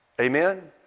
Amen